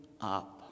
up